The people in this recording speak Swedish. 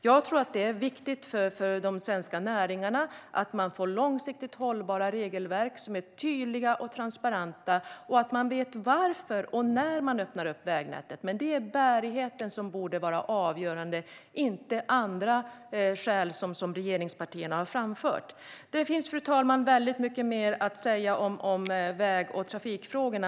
Jag tror att det är viktigt för de svenska näringarna att man får långsiktigt hållbara regelverk som är tydliga och transparenta och att man vet varför och när man öppnar upp vägnätet. Men det är bärigheten som borde vara avgörande och inte andra skäl som regeringspartierna har framfört. Fru talman! Det finns väldigt mycket mer att säga om väg och trafikfrågorna.